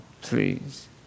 please